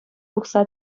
тухса